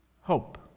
Hope